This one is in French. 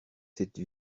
cette